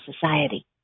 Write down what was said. society